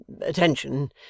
attention